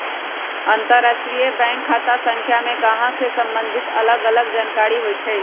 अंतरराष्ट्रीय बैंक खता संख्या में गाहक से सम्बंधित अलग अलग जानकारि होइ छइ